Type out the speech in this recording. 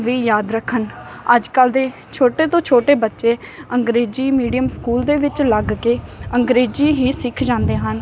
ਵੀ ਯਾਦ ਰੱਖਣ ਅੱਜ ਕੱਲ੍ਹ ਦੇ ਛੋਟੇ ਤੋਂ ਛੋਟੇ ਬੱਚੇ ਅੰਗਰੇਜ਼ੀ ਮੀਡੀਅਮ ਸਕੂਲ ਦੇ ਵਿੱਚ ਲੱਗ ਕੇ ਅੰਗਰੇਜ਼ੀ ਹੀ ਸਿੱਖ ਜਾਂਦੇ ਹਨ